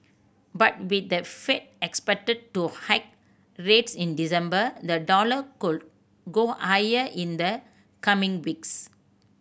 but with the Fed expected to hike rates in December the dollar could go higher in the coming weeks